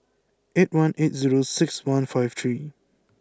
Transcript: eight one eight zero six one five three